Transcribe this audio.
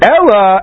Ella